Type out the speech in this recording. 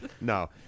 No